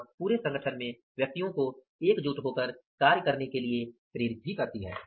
और पूरे संगठन में व्यक्तियों को एकजुट होकर कार्य करने के लिए प्रेरित करती है